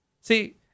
See